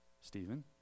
Stephen